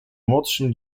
młodszym